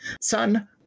son